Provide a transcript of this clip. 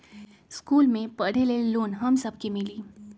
इश्कुल मे पढे ले लोन हम सब के मिली?